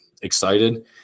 excited